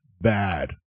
bad